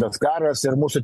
tas karas ir mūsų